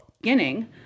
Beginning